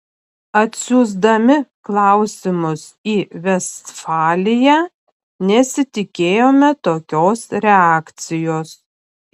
atsiųsdami klausimus į vestfaliją nesitikėjome tokios reakcijos